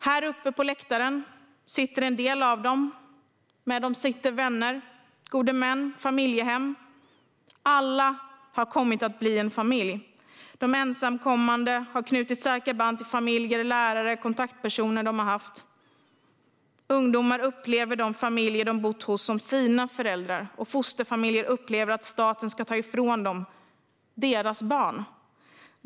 Här uppe på läktaren sitter en del av dem. Med dem sitter vänner, gode män och personer från familjehem. Alla har kommit att bli en familj. De ensamkommande har knutit starka band till familjer, lärare och kontaktpersoner de har haft. Ungdomar upplever de vuxna i familjer de bott hos som sina föräldrar, och fosterfamiljer upplever att staten ska ta ifrån dem deras barn.